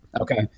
Okay